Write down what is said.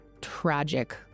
tragic